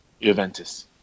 Juventus